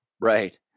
Right